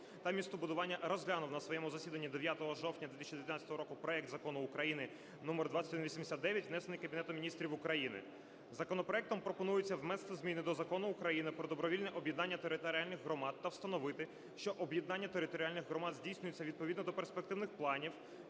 та містобудування розглянув на своєму засіданні 9 жовтня 2019 року проект Закону України №2189, внесений Кабінетом Міністрів України. Законопроектом пропонується внести зміни до Закону України "Про добровільне об'єднання територіальних громад" та встановити, що об'єднання територіальних громад здійснюється відповідно до перспективних планів